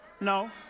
No